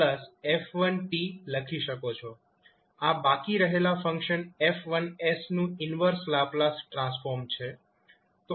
આ બાકી રહેલા ફંક્શન 𝐹1𝑠 નું ઈન્વર્સ લાપ્લાસ ટ્રાન્સફોર્મ છે